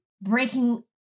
breaking